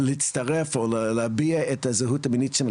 להצטרף או להביע את הזהות המינית שלהם,